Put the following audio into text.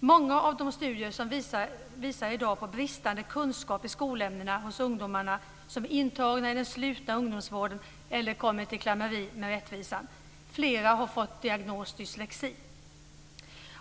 Många är de studier som i dag visar på bristande kunskaper i skolämnena hos ungdomar som är intagna i den slutna ungdomsvården eller kommit i klammeri med rättvisan. Flera har fått diagnosen dyslexi.